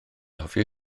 hoffi